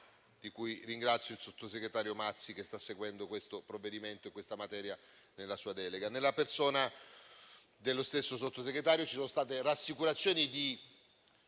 cultura. Ringrazio il sottosegretario Mazzi, che sta seguendo questo provvedimento e la materia nella sua delega. Nella persona dello stesso Sottosegretario ci sono state rassicurazioni di